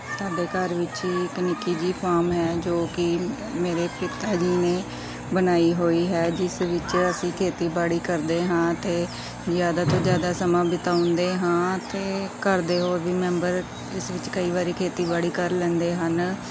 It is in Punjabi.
ਸਾਡੇ ਘਰ ਵਿੱਚ ਹੀ ਇੱਕ ਨਿੱਕੀ ਜਿਹੀ ਫਾਰਮ ਹੈ ਜੋ ਕਿ ਮੇਰੇ ਪਿਤਾ ਜੀ ਨੇ ਬਣਾਈ ਹੋਈ ਹੈ ਜਿਸ ਵਿੱਚ ਅਸੀਂ ਖੇਤੀਬਾੜੀ ਕਰਦੇ ਹਾਂ ਅਤੇ ਜ਼ਿਆਦਾ ਤੋਂ ਜ਼ਿਆਦਾ ਸਮਾਂ ਬਿਤਾਉਂਦੇ ਹਾਂ ਅਤੇ ਘਰ ਦੇ ਹੋਰ ਵੀ ਮੈਂਬਰ ਇਸ ਵਿੱਚ ਕਈ ਵਾਰ ਖੇਤੀਬਾੜੀ ਕਰ ਲੈਂਦੇ ਹਨ